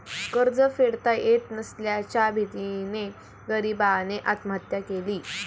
कर्ज फेडता येत नसल्याच्या भीतीने गरीबाने आत्महत्या केली